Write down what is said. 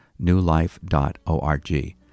newlife.org